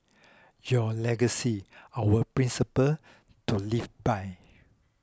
your legacy our principles to live by